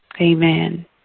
amen